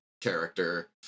character